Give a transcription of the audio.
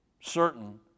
certain